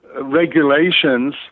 regulations